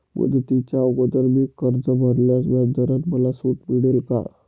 मुदतीच्या अगोदर मी कर्ज भरल्यास व्याजदरात मला सूट मिळेल का?